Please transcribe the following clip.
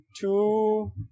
two